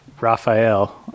Raphael